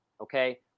okay